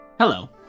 Hello